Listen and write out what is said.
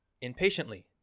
Impatiently